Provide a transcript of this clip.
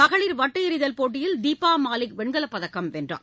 மகளிர் வட்டு எறிதல் போட்டியில் தீபா மாலிக் வெண்கல பதக்கம் வென்றார்